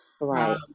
Right